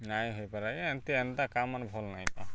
ନାଇଁ ହେଇପାରେ ଆଜ୍ଞା ଏ ଏନ୍ତି ଏନ୍ତା କାମ୍ମାନେ ଭଲ୍ ନାଇଁସେ